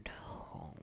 home